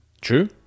True